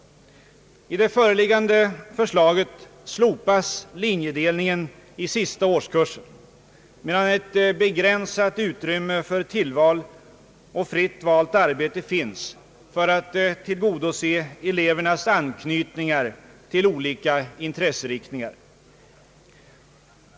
I det föreliggande förslaget slopas linjedelningen i sista årskursen, medan ett begränsat utrymme för tillval och fritt valt arbete finns för att tillgodose elevernas anknytningar till olika intresseriktningar.